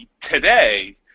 today